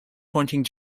pointing